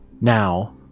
now